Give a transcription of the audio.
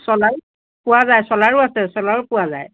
ছোলাৰ পোৱা যায় ছোলাৰো আছে ছোলাৰো পোৱা যায়